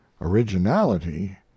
originality